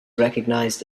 recognized